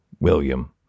william